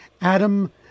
Adam